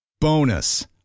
Bonus